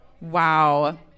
Wow